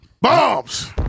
Bombs